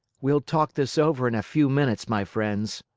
we'll talk this over in a few minutes, my friends.